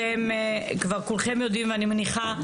אתם כבר כולכם יודעים, אני מניחה,